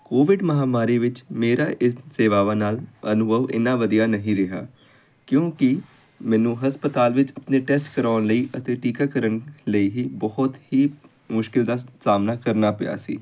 Covid ਮਹਾਂਮਾਰੀ ਵਿੱਚ ਮੇਰਾ ਇਸ ਸੇਵਾਵਾਂ ਨਾਲ ਅਨੁਭਵ ਇੰਨਾ ਵਧੀਆ ਨਹੀਂ ਰਿਹਾ ਕਿਉਂਕਿ ਮੈਨੂੰ ਹਸਪਤਾਲ ਵਿੱਚ ਆਪਣੇ ਟੈਸਟ ਕਰਵਾਉਣ ਲਈ ਅਤੇ ਟੀਕਾਕਰਨ ਲਈ ਹੀ ਬਹੁਤ ਹੀ ਮੁਸ਼ਕਲ ਦਾ ਸਾਹਮਣਾ ਕਰਨਾ ਪਿਆ ਸੀ